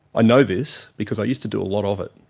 i know this. because i used to do a lot of it.